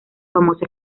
famoso